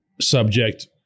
subject